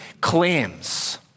claims